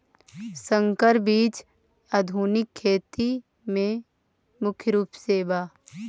संकर बीज आधुनिक खेती में मुख्य रूप से बा